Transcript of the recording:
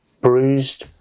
bruised